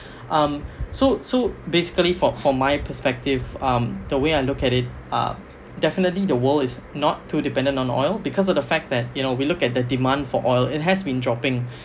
um so so basically for for my perspective um the way I look at it um definitely the world is not too dependent on oil because of the fact that you know we look at the demand for oil it has been dropping